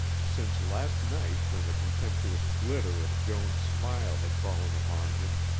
since last night when the contemptuous glitter of joan's smile had fallen upon him,